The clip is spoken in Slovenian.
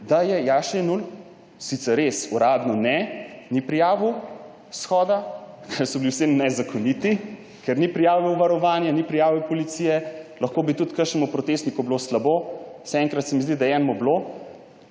da je Jaša Jenull sicer uradno res ni prijavil shoda, ker so bili vsi nezakoniti, ker ni prijavil varovanja, ni prijavil policije, lahko bi tudi kakšnemu protestniku bilo slabo. Saj enkrat se mi zdi, da je enemu bilo,